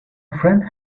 friend